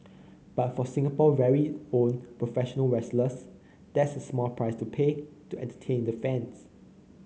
but for Singapore's very own professional wrestlers that's a small price to pay to entertain the fans